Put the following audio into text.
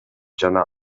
жана